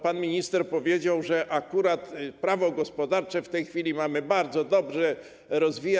Pan minister powiedział, że akurat prawo gospodarcze w tej chwili mamy bardzo dobre, że ono się rozwija.